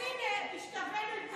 אז הינה, השתווינו,